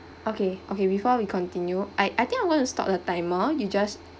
okay okay before we continue I I think I want to stop the timer you just